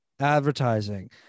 advertising